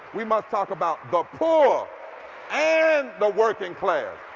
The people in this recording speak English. we must talk about the poor and the working class.